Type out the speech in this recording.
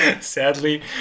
sadly